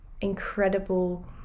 incredible